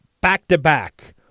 back-to-back